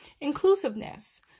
inclusiveness